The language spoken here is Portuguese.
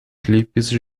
clipes